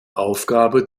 aufgabe